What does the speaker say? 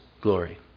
glory